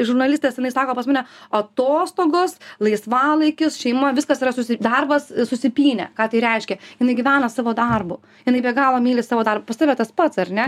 žurnalistės jinai sako pas mane atostogos laisvalaikis šeima viskas yra darbas susipynę ką tai reiškia jinai gyvena savo darbu jinai be galo myli savo dar pas tave tas pats ar ne